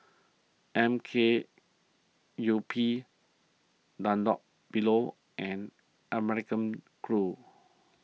M K U P Dunlopillo and American Crew